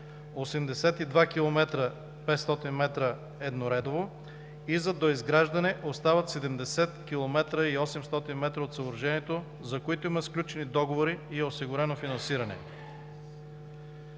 82,500 км – едноредово, и за доизграждане остават 70,800 км от съоръжението, за които има сключени договори и е осигурено финансиране.